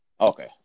Okay